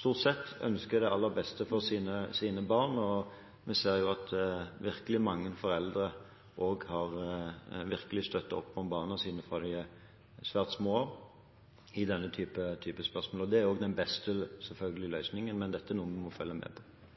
stort sett ønsker det aller beste for sine barn, og vi ser også at mange foreldre virkelig har støttet opp om barna sine fra disse var svært små, i denne typen spørsmål. Det er selvfølgelig også den beste løsningen, men dette er noe vi må følge med på.